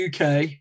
UK